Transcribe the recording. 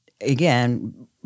again